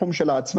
בתחום של העצמאים,